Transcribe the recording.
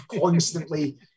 constantly